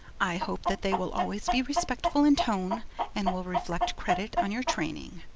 i hope that they will always be respectful in tone and will reflect credit on your training.